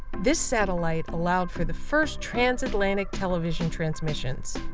this satellite allowed for the first transatlantic television transmissions.